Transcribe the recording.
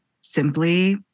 simply